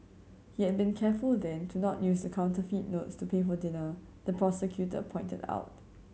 he had been careful then to not use the counterfeit notes to pay for dinner the prosecutor pointed out